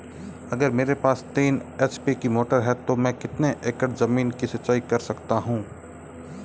अगर मेरे पास तीन एच.पी की मोटर है तो मैं कितने एकड़ ज़मीन की सिंचाई कर सकता हूँ?